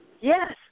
Yes